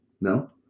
No